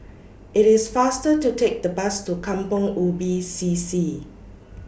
IT IS faster to Take The Bus to Kampong Ubi C C